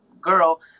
girl